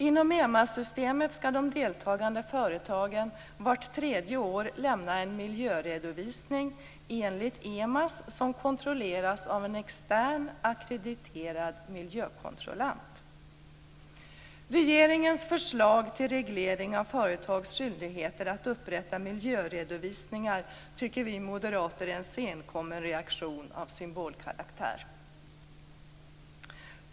Inom EMAS-systemet skall de deltagande företagen vart tredje år lämna en miljöredovisning enligt EMAS, som kontrolleras av en extern, ackrediterad miljökontrollant. Regeringens förslag till reglering av företags skyldigheter att upprätta miljöredovisningar tycker vi moderater är en senkommen reaktion av symbolkaraktär.